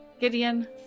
Gideon